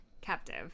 captive